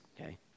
Okay